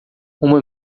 uma